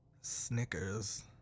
Snickers